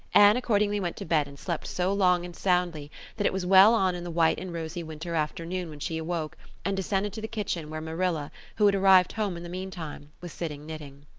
anne accordingly went to bed and slept so long and soundly that it was well on in the white and rosy winter afternoon when she awoke and descended to the kitchen where marilla, who had arrived home in the meantime, was sitting knitting.